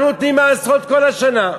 אנחנו נותנים מעשרות כל השנה,